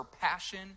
passion